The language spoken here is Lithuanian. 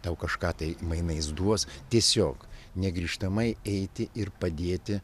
tau kažką tai mainais duos tiesiog negrįžtamai eiti ir padėti